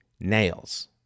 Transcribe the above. nails